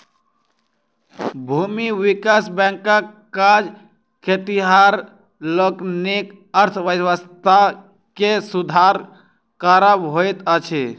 भूमि विकास बैंकक काज खेतिहर लोकनिक अर्थव्यवस्था के सुधार करब होइत अछि